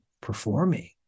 performing